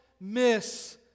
miss